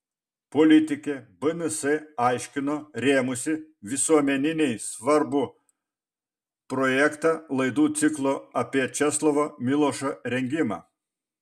politikė bns aiškino rėmusi visuomeninei svarbų projektą laidų ciklo apie česlovą milošą rengimą